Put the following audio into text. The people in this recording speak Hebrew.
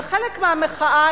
וחלק מהמחאה,